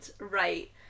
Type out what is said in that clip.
right